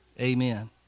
Amen